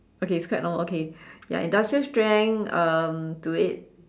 okay it's quite normal okay ya industrial strength um to it